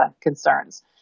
concerns